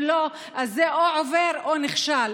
אם לא, זה או עובר או נכשל.